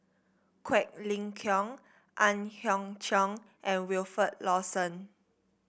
Quek Ling Kiong Ang Hiong Chiok and Wilfed Lawson